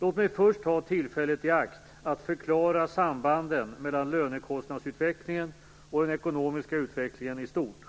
Låt mig först ta tillfället i akt att förklara sambanden mellan lönekostnadsutvecklingen och den ekonomiska utvecklingen i stort.